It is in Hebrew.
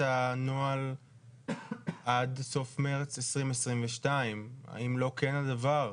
הנוהל עד סוף מרץ 2022. האם לא כן הדבר?